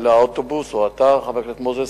או אתה, חבר הכנסת מוזס,